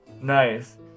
Nice